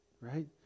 right